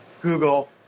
Google